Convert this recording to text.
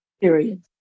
Period